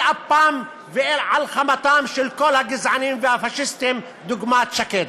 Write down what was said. על אפם ועל חמתם של כל הגזענים והפאשיסטים דוגמת שקד.